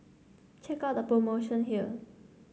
check out the promotion here